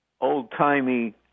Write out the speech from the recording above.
old-timey